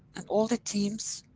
and all the teams.